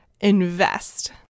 invest